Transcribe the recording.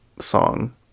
song